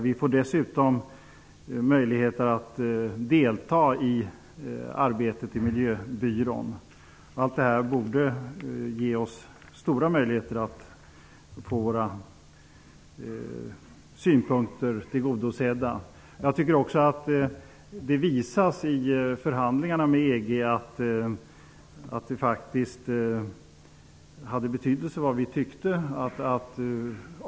Vi får dessutom möjligheter att delta i arbetet på miljöbyrån. Allt detta borde ge oss stora möjligheter att få våra synpunkter tillgodosedda. Jag tycker också att det visas i förhandlingarna med EG att det faktiskt hade betydelse vad vi tyckte.